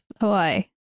Hawaii